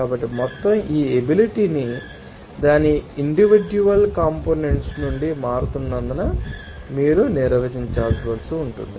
కాబట్టి మొత్తం ఈ ఎబిలిటీ దాని ఇండివిడ్యుఅల్ కంపోనెంట్స్ నుండి మారుతున్నందున మీరు నిర్వచించవలసి ఉంటుంది